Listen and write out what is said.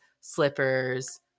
slippers